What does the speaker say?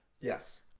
yes